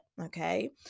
okay